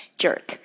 jerk